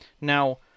Now